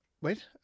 Wait